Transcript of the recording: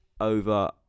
over